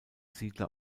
siedler